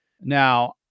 Now